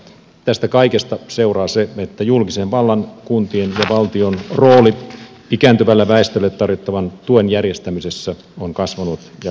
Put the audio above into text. tästä kaikesta seuraa se että julkisen vallan kuntien ja valtion rooli ikääntyvälle väestölle tarjottavan tuen järjestämisessä on kasvanut ja kasvaa